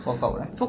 fork out right